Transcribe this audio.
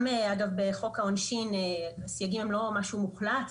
גם בחוק העונשין הסייגים הם לא משהו מוחלט.